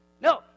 No